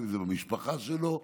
אם זה במשפחה שלו,